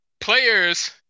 players